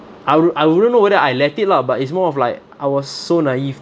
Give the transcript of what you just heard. I would I wouldn't know whether I let it lah but it's more of like I was so naive